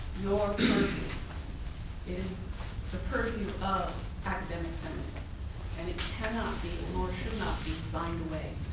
your is the purview of academic senate and it cannot be or should not be signed away.